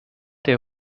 der